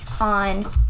on